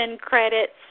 credits